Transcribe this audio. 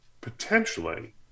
potentially